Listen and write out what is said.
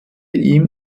ihm